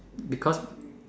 because